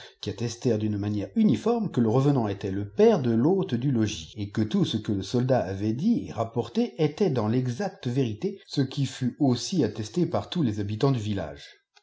qui attestèrent dune manière uniforme que le revenant était le père de l'hôte du logis et que tout ce que le soldat avait dit et rapporté était dans texacte vérité ce qui fut aussi attesté par tous les habitants du village